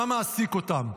מה מעסיק אותם?